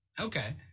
okay